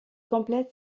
complète